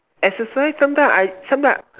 exercise sometime I sometime